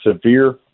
severe